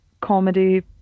comedy